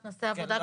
שנעשה עבודה.